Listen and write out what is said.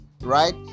right